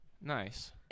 Nice